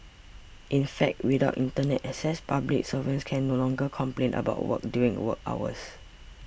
in fact without Internet access public servants can no longer complain about work during work hours